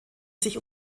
sich